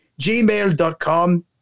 gmail.com